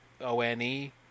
O-N-E